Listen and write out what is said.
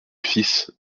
fils